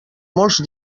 molts